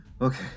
Okay